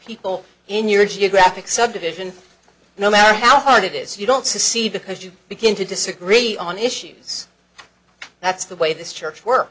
people in your geographic subdivision no matter how hard it is you don't succeed because you begin to disagree on issues that's the way this church work